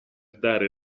dare